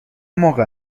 موقع